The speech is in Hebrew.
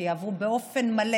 שיעברו באופן מלא,